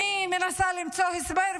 אני מנסה למצוא הסבר,